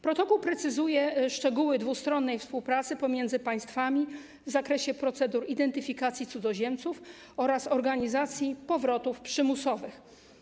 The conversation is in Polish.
Protokół precyzuje szczegóły dwustronnej współpracy pomiędzy państwami w zakresie procedur identyfikacji cudzoziemców oraz organizacji powrotów przymusowych.